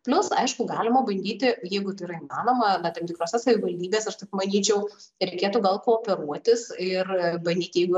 plius aišku galima bandyti jeigu tai yra manoma na tam tikrose savivaldybės aš taip manyčiau reikėtų gal kooperuotis ir bandyti jeigu